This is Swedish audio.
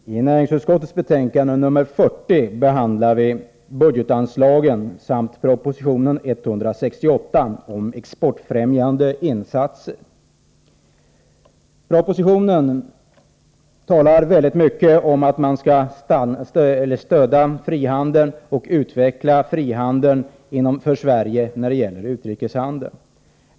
Herr talman! I näringsutskottets betänkande nr 40 behandlar vi budget Exportfrämjande anslagen samt proposition 168 om exportfrämjande insatser. I propositionen verksamhet talas det mycket om att man skall stödja frihandeln och utveckla den inom Sverige när det gäller utrikeshandeln.